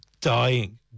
dying